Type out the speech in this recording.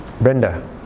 Brenda